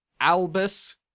Albus